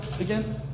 again